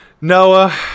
noah